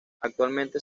actualmente